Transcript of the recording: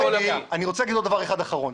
אני רוצה לומר דבר אחד אחרון.